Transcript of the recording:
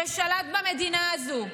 ושלט במדינה הזו?